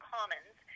Commons